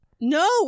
no